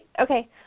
Okay